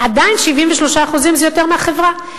עדיין 73% זה יותר מהחברה.